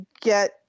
get –